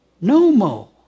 No-mo